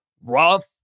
Rough